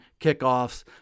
kickoffs